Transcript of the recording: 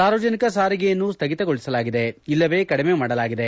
ಸಾರ್ವಜನಿಕ ಸಾರಿಗೆಯನ್ನು ಸ್ಹಗಿತಗೊಳಿಸಲಾಗಿದೆ ಇಲ್ಲವೇ ಕಡಿಮೆ ಮಾಡಲಾಗಿದೆ